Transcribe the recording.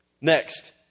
next